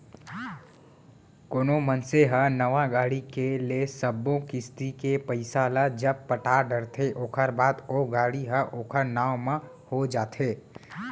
कोनो मनसे ह नवा गाड़ी के ले सब्बो किस्ती के पइसा ल जब पटा डरथे ओखर बाद ओ गाड़ी ह ओखर नांव म हो जाथे